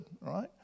right